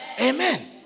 Amen